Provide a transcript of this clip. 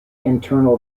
internal